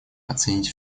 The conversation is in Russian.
оценить